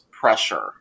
pressure